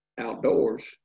Outdoors